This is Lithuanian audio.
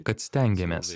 kad stengiamės